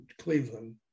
Cleveland